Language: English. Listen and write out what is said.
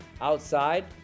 outside